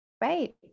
Right